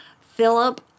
Philip